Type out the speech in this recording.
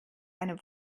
einem